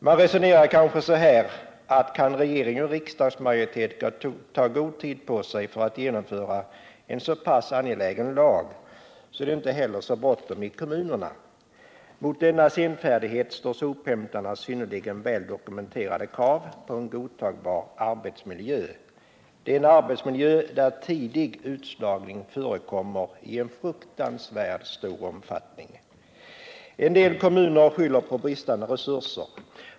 Man resonerar kanske som så att kan regering och riksdagsmajoritet ta god tid på sig för att genomföra en så pass angelägen lag, är det inte heller så bråttom i kommunerna. Mot denna senfärdighet står sophämtarnas synnerligen väl dokumenterade krav på en godtagbar arbetsmiljö. Det är en arbetsmiljö där tidig utslagning förekommer i fruktansvärt stor omfattning. Vissa kommuner skyller på brist på resurser.